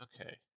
Okay